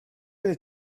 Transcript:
going